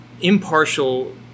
impartial